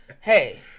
Hey